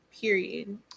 Period